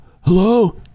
Hello